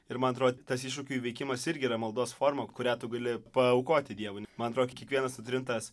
ir man atrodė tas iššūkių įveikimas irgi yra maldos forma kurią tu gali paaukoti dievui man atrodo kiekvienas sutrintas